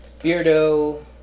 Beardo